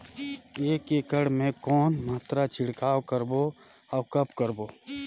एक एकड़ मे के कौन मात्रा छिड़काव करबो अउ कब करबो?